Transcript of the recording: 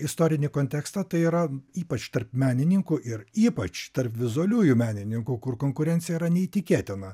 istorinį kontekstą tai yra ypač tarp menininkų ir ypač tarp vizualiųjų menininkų kur konkurencija yra neįtikėtina